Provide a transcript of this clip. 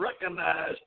recognize